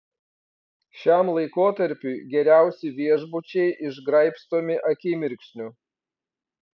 šiam laikotarpiui geriausi viešbučiai išgraibstomi akimirksniu